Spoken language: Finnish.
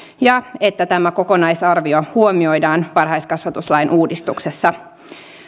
ja sitä että tämä kokonaisarvio huomioidaan varhaiskasvatuslain uudistuksessa